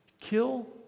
kill